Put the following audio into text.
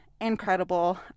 incredible